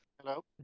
Hello